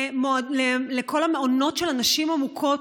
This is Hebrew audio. לכל המעונות של הנשים המוכות.